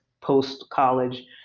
post-college